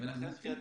אני מסכים.